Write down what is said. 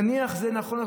נניח שזה נכון,